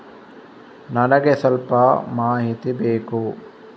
ನನಿಗೆ ಸ್ವಲ್ಪ ಮಾಹಿತಿ ಬೇಕು